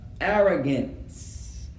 Arrogance